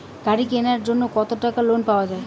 গাড়ি কিনার জন্যে কতো টাকা লোন পাওয়া য়ায়?